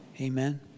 Amen